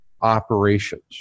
operations